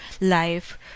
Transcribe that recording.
life